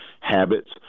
habits